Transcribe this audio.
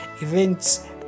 events